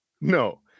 no